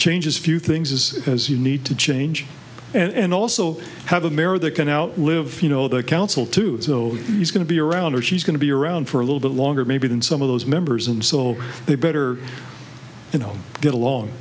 changes few things as as you need to change and also have a mare that can outlive you know the council too so he's going to be around or she's going to be around for a little bit longer maybe than some of those members and so they better you know get along